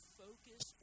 focus